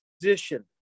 position